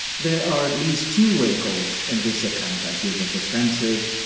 there are at least two wrinkles in this account i give of the senses.